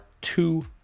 two